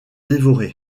dévorer